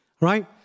right